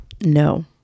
No